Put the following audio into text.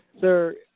Sir